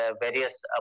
various